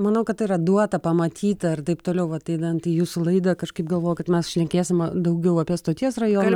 manau kad yra duota pamatyta ir taip toliau vat einant į jūsų laidą kažkaip galvojau kad mes šnekėsim daugiau apie stoties rajoną